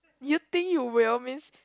you think you will means